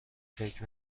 فکر